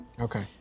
Okay